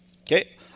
okay